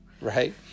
Right